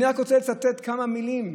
אני רק רוצה לצטט כמה מילים,